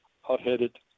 hot-headed